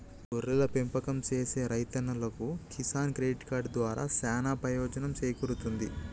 గొర్రెల పెంపకం సేసే రైతన్నలకు కిసాన్ క్రెడిట్ కార్డు దారా సానా పెయోజనం సేకూరుతుంది